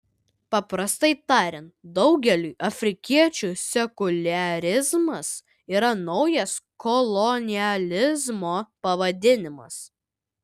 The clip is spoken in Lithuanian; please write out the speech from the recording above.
paprastai tariant daugeliui afrikiečių sekuliarizmas yra naujas kolonializmo pavadinimas